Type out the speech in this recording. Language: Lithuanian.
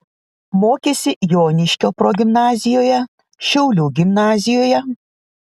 mokėsi joniškio progimnazijoje šiaulių gimnazijoje